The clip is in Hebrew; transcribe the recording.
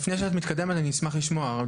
לפני שאת מתקדמת, אני אשמח לשמוע.